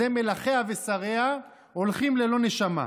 אז זה, מלכיה ושריה הולכים ללא נשמה.